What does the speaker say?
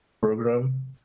program